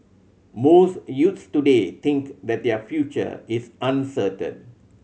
most youths today think that their future is uncertain